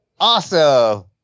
awesome